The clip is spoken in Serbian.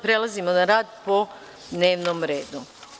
Prelazimo na rad po dnevnom redu.